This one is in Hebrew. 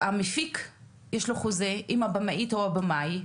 המפיק יש לו חוזה עם הבמאית או הבמאי,